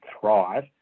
thrive